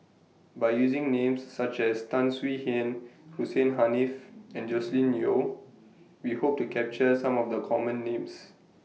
By using Names such as Tan Swie Hian Hussein Haniff and Joscelin Yeo We Hope to capture Some of The Common Names